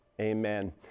amen